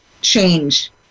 change